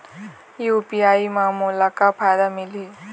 UPI म मोला का फायदा मिलही?